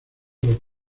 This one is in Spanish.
los